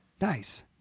Nice